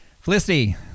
Felicity